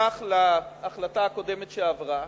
נספח להחלטה הקודמת שעברה,